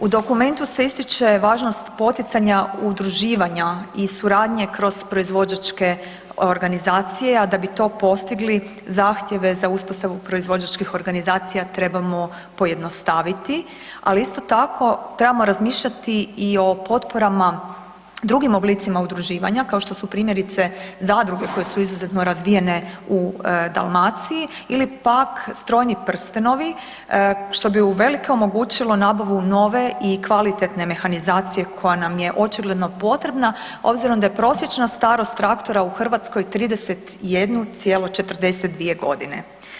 U dokumentu se ističe važnost poticanja udruživanja i suradnje kroz proizvođačke organizacije a da bi to postigli, zahtjeve za uspostavu proizvođačkih organizacija, trebamo pojednostaviti ali isto tako, trebamo razmišljati i o potporama drugim oblicima udruživanja, kao što su primjerice zadruge koje su izuzetno razvijene u Dalmaciji ili pak strojni prstenovi, što bi uvelike omogućilo nabavu nove i kvalitetne mehanizacije koja nam je očigledno potrebna, obzirom da je prosječna starost traktora u Hrvatskoj 31,4 godine.